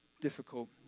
difficult